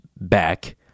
back